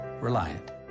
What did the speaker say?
Reliant